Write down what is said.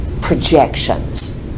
Projections